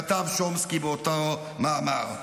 כתב שומסקי באותו מאמר,